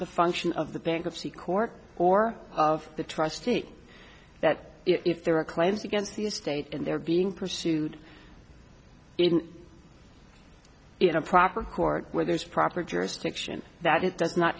the function of the bankruptcy court or of the trustee that if there are claims against the state and they're being pursued in in a proper court where there's proper jurisdiction that is does not